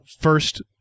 First